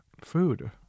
food